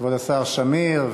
כבוד השר שמיר,